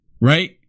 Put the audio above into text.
Right